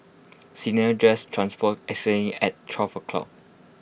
Cinderella's dress transformed at twelve o'clock